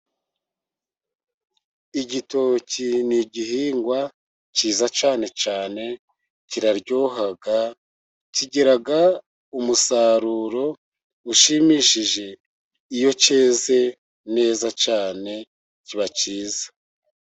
igitoki ni igihingwa kiza cyane cyane, kiraryoha, kigira umusaruro ushimishije, iyo keze neza cyane, kiba kiza.